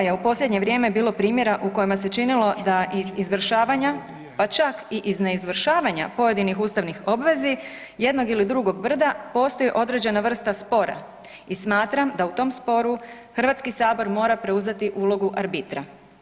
je u posljednje vrijeme bilo primjera u kojima se činilo da iz izvršavanja, pa čak i iz neizvršavanja pojedinih ustavnih obvezi jednog ili drugog brda postoji određena vrsta spora i smatram da u tom sporu Hrvatski sabor mora preuzeti ulogu arbitra.